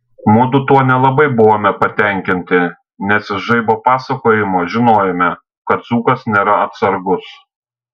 mudu tuo nelabai buvome patenkinti nes iš žaibo pasakojimo žinojome kad dzūkas nėra atsargus